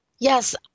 Yes